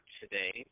today